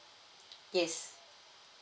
yes